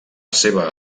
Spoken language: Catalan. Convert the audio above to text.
seva